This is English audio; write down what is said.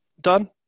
Done